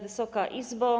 Wysoka Izbo!